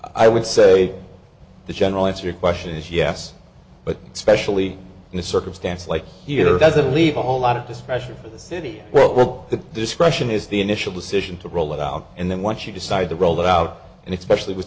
i would say the general answer your question is yes but especially in a circumstance like he doesn't leave a whole lot of discretion for the city well the discretion is the initial decision to roll it out and then once you decide to roll it out and it's specially w